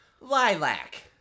Lilac